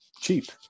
Cheap